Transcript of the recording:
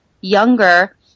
younger